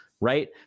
right